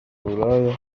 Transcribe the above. uburaya